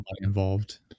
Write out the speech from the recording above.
involved